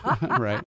right